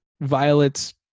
Violet's